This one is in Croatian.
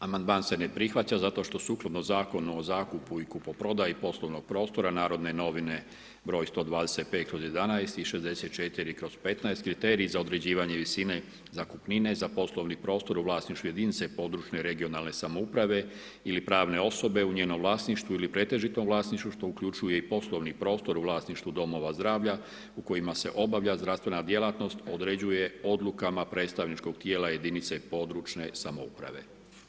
Amandman se ne prihvaća zato što sukladno Zakonu o zakupu i kupoprodaji poslovnog prostora N.N. br. 125/11 i 64/15 kriterij za određivanje visine zakupnine za poslovni prostor u vlasništvu jedinice područne regionalne samouprave ili pravne osobe u njenom vlasništvu ili pretežitom vlasništvu što uključuje i poslovni prostor u vlasništvu domova zdravlja u kojima se obavlja zdravstvena djelatnost, određuje odlukama predstavničkog tijela jedinice područne samouprave.